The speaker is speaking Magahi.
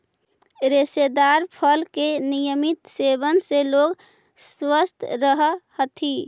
रेशेदार फल के नियमित सेवन से लोग स्वस्थ रहऽ हथी